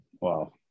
Wow